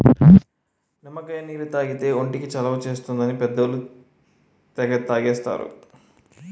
నిమ్మకాయ నీళ్లు తాగితే ఒంటికి చలవ చేస్తుందని పెద్దోళ్ళు తెగ తాగేస్తారు